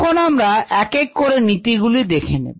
এখন আমরা এক এক করে নীতি গুলি দেখে নেব